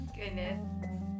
Goodness